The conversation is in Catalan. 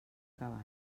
cabàs